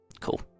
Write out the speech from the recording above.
Cool